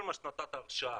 כל מה שנתת לו הרשאה,